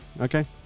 Okay